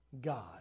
God